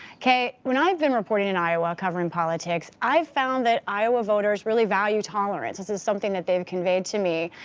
kay, when i have been reporting in iowa, covering politics, i have found that iowa voters really value tolerance. this is something that they have conveyed to me.